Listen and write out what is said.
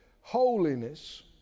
holiness